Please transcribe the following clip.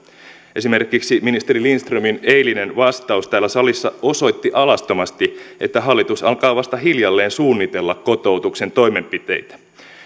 esimerkiksi ministeri lindströmin eilinen vastaus täällä salissa osoitti alastomasti että hallitus alkaa vasta hiljalleen suunnitella kotoutuksen toimenpiteitä